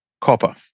copper